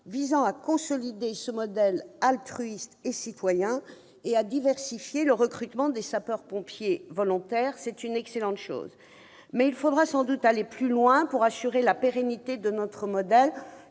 visant à consolider ce modèle altruiste et citoyen et à diversifier le recrutement des sapeurs-pompiers volontaires. C'est une excellente chose. Mais il faudra sans doute aller plus loin pour assurer la pérennité de notre modèle.